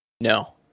no